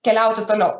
keliauti toliau